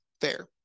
Fair